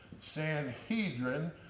Sanhedrin